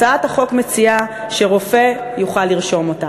הצעת החוק מציעה שרופא יוכל לרשום אותו.